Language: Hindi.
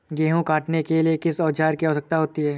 गेहूँ काटने के लिए किस औजार की आवश्यकता होती है?